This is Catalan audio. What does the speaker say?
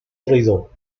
traïdor